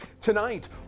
Tonight